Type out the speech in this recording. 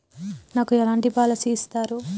నాకు ఎలాంటి పాలసీ ఇస్తారు?